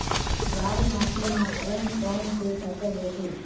लाल माटी म कोन कौन से फसल होथे?